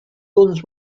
guns